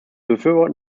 befürworten